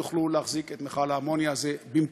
ולא יוכלו להחזיק את מכל האמוניה הזה במקומו.